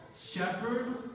Shepherd